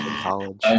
college